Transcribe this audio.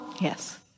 Yes